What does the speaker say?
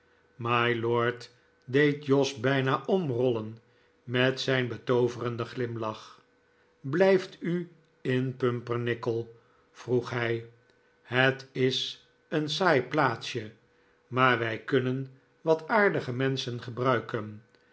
mylord deed jos bijna omrollen met zijn betooverenden glimlach blijft u in pumpernickel vroeg hij het is een saai plaatsje maar wij kunnen wat aardige menschen gebruiken